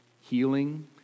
healing